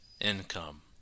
income